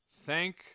thank